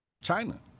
China